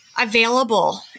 available